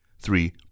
three